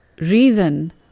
reason